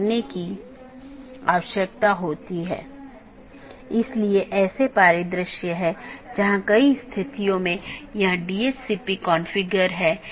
packet IBGP साथियों के बीच फॉरवर्ड होने के लिए एक IBGP जानकार मार्गों का उपयोग करता है